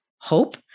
hope